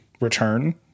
return